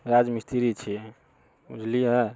राजमिस्त्री छी बुझलियै